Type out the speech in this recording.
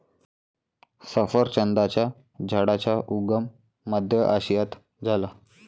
सफरचंदाच्या झाडाचा उगम मध्य आशियात झाला